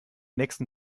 nächsten